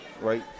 right